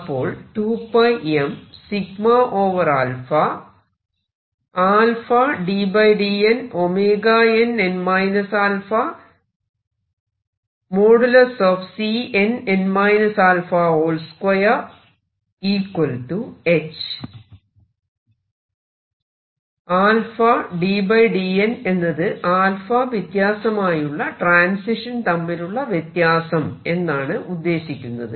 അപ്പോൾ ddn എന്നത് വ്യത്യാസമായുള്ള ട്രാൻസിഷൻ തമ്മിലുള്ള വ്യത്യാസം എന്നാണ് ഉദ്ദേശിക്കുന്നത്